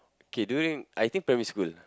okay during I think primary school